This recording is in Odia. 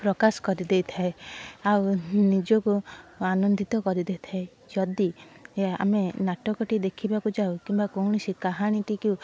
ପ୍ରକାଶ କରିଦେଇ ଥାଏ ଆଉ ନିଜକୁ ଆନନ୍ଦିତ କରିଦେଇ ଥାଏ ଯଦି ଏହା ଆମେ ନାଟକଟି ଦେଖିବାକୁ ଯାଉ କିମ୍ବା କୌଣସି କାହାଣୀଟିକୁ